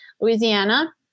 Louisiana